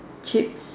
chips